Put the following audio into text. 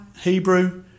Hebrew